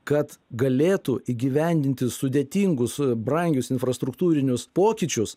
kad galėtų įgyvendinti sudėtingus brangius infrastruktūrinius pokyčius